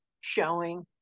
showing